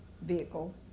vehicle